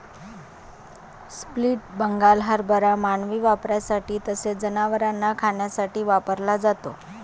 split Bengal हरभरा मानवी वापरासाठी तसेच जनावरांना खाण्यासाठी वापरला जातो